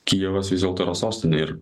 kijevas vis dėlto yra sostinė ir